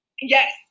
Yes